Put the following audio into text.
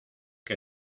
que